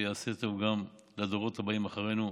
שיעשה טוב גם לדורות הבאים אחרינו.